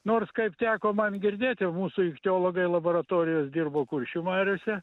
nors kaip teko man girdėti mūsų ichtiologai laboratorijos dirbo kuršių mariose